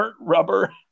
rubber